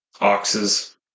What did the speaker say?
oxes